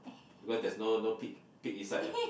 because they no no pick pick inside ah